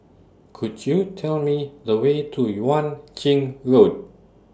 Could YOU Tell Me The Way to Yuan Ching Road